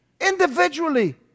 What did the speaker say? individually